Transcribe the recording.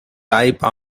type